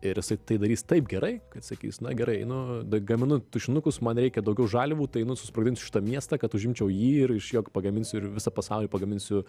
ir jisai tai darys taip gerai kad sakys na gerai einu gaminu tušinukus man reikia daugiau žaliavų tai einu susprogdinsiu šitą miestą kad užimčiau jį ir iš jo pagaminsiu ir visą pasaulį pagaminsiu